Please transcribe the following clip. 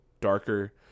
darker